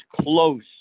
close